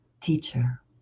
teacher